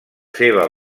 seva